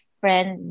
friend